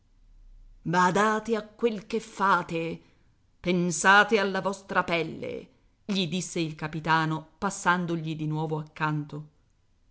badate a quel che fate pensate alla vostra pelle gli disse il capitano passandogli di nuovo accanto